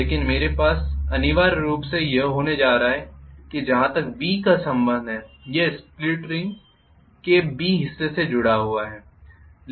लेकिन मेरे पास अनिवार्य रूप से यह होने जा रहा है कि जहां तक B का संबंध है यह स्प्लिट रिंग के b हिस्से से जुड़ा हुआ है